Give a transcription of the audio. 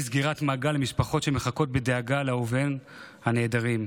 סגירת מעגל למשפחות שמחכות בדאגה לאהוביהם הנעדרים.